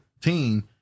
team